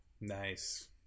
Nice